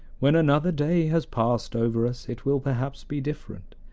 when another day has passed over us it will perhaps be different.